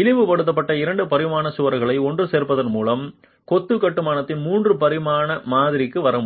இழிவுபடுத்தப்பட்ட 2 பரிமாண சுவர்களை ஒன்று சேர்ப்பதன் மூலம் கொத்து கட்டுமானத்தின் 3 பரிமாண மாதிரிக்கு வர முடியும்